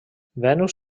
venus